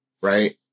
Right